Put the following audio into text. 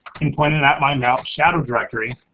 and point it at my mount shadow directory.